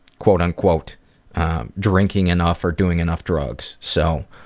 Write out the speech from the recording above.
quote unquote drinking enough or doing enough drugs. so,